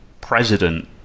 president